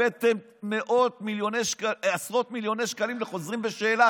הבאתם עשרות מיליוני שקלים לחוזרים בשאלה,